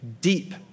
deep